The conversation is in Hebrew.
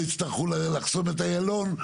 לא יצטרכו לחסום את איילון.